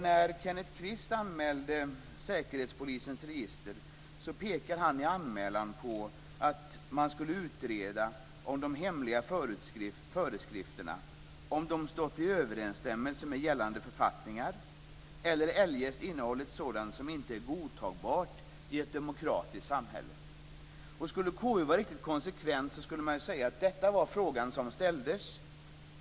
När Kenneth Kvist anmälde Säkerhetspolisens register pekar han i anmälan på att man skulle utreda om de hemliga föreskrifterna stått i överensstämmelse med gällande författningar eller eljest innehållit sådant som inte är godtagbart i ett demokratiskt samhälle. Skulle KU vara riktigt konsekvent skulle man säga att detta var frågan som ställdes.